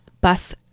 bus